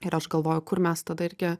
ir aš galvoju kur mes tada irgi